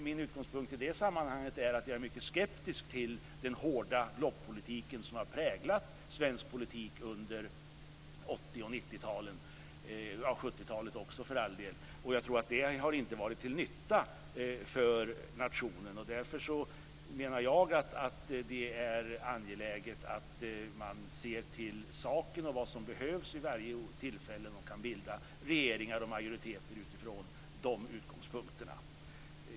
Min utgångspunkt i det sammanhanget är att jag är mycket skeptisk till den hårda blockpolitik som har präglat svensk politik under 80 och 90-talen, och för all del också 70-talet. Jag tror att det inte har varit till nytta för nationen. Därför menar jag att det är angeläget att se till saken och vad som behövs vid varje tillfälle och att man kan bilda regeringar och majoriteter från de utgångspunkterna.